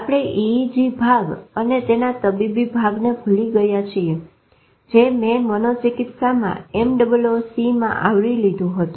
આપણે EEG ભાગ અને તેના તબીબી ભાગને ભૂલી ગયા છીએ જે મેં મનોચિકિત્સામાં MOOC માં આવરી લીધું છે